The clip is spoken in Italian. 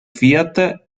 fiat